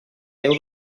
déu